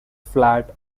flat